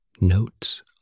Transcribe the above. Notes